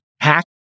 hack